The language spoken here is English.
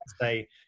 say